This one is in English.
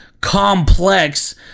complex